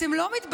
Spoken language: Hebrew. אתם לא מתביישים?